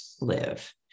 live